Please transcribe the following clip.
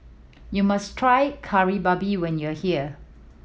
you must try Kari Babi when you are here